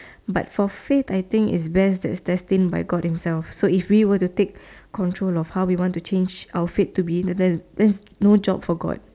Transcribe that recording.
but for fate I think is best that's destined by God himself so if we would to take control of how we want to change our fate to be then there's no job for God